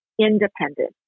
independent